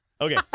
Okay